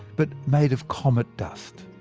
but made of comet dust.